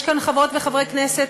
יש כאן חברות וחברי כנסת,